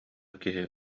киһи